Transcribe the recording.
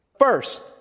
First